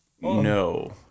No